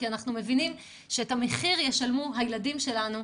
כי אנחנו מבינים שאת המחיר ישלמו הילדים שלנו,